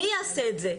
מי יעשה את זה?